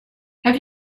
have